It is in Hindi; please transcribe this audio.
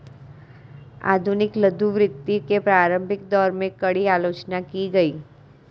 आधुनिक लघु वित्त के प्रारंभिक दौर में, कड़ी आलोचना की गई